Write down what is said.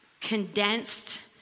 condensed